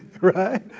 Right